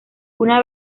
una